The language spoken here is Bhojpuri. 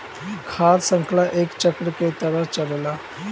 खाद्य शृंखला एक चक्र के तरह चलेला